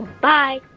bye